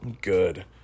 good